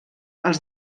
els